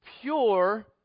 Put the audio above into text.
pure